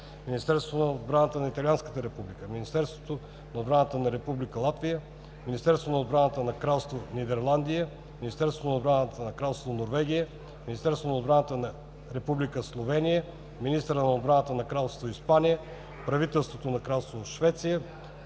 Министерството на отбраната на Италианската република, Министерството на отбраната на Република Латвия, Министерството на отбраната на Кралство Нидерландия, Министерството на отбраната на Кралство Норвегия, Министерството на отбраната на Република Словения, министъра на отбраната на Кралство Испания, Правителството на Кралство Швеция,